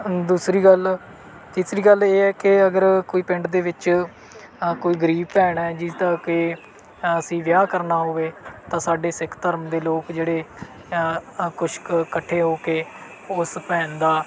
ਦੂਸਰੀ ਗੱਲ ਤੀਸਰੀ ਗੱਲ ਇਹ ਹੈ ਕਿ ਅਗਰ ਕੋਈ ਪਿੰਡ ਦੇ ਵਿੱਚ ਅ ਕੋਈ ਗਰੀਬ ਭੈਣ ਹੈ ਜਿਸ ਦਾ ਕਿ ਅਸੀਂ ਵਿਆਹ ਕਰਨਾ ਹੋਵੇ ਤਾਂ ਸਾਡੇ ਸਿੱਖ ਧਰਮ ਦੇ ਲੋਕ ਜਿਹੜੇ ਅ ਕੁਛ ਕੁ ਇਕੱਠੇ ਹੋ ਕੇ ਉਸ ਭੈਣ ਦਾ